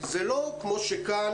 זה לא כמו שכאן,